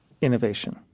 innovation